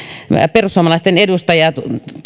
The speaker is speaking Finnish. perussuomalaisten edustaja